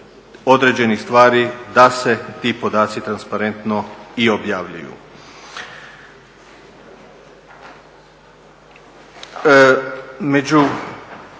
određenih stvari da se ti podaci transparentno i objavljuju.